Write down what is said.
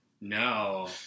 No